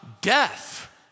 death